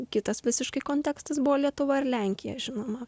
kitas visiškai kontekstas buvo lietuva ar lenkija žinoma